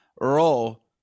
roll